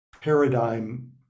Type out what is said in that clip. paradigm